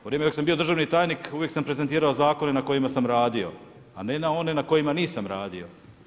U vrijeme dok sam bio državni tajnik, uvijek sam prezentirao zakone na kojima sam radio, a ne na one na kojima nisam radio.